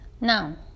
Now